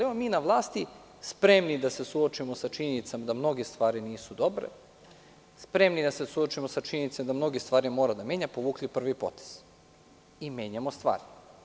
Evo, mi na vlasti, spremni da se suočimo sa činjenicom da mnoge stvari nisu dobre, spremni da se suočimo sa činjenicom da mnoge stvari moramo da menjamo, povukli prvi potez i menjamo stvari.